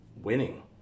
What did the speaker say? winning